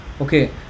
okay